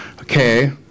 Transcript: okay